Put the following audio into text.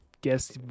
guess